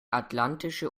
atlantische